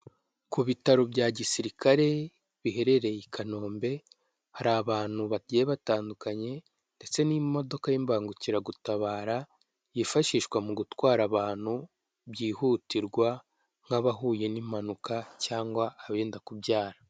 Ku bitaro bya gisirikare, biherereye i Kanombe, hari abantu bagiye batandukanye, ndetse n'imodoka y'imbangukiragutabara, yifashishwa mu gutwara abantu byihutirwa, nk'abahuye n'impanuka cyangwa abenda kubyara.